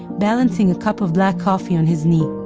balancing a cup of black coffee on his knee.